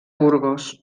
burgos